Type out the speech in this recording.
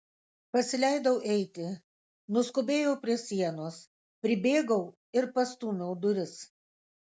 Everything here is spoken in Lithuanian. pasileidau eiti nuskubėjau prie sienos pribėgau ir pastūmiau duris